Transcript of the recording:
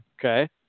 Okay